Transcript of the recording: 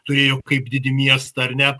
turėjo kaip didį miestą ar ne